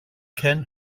ken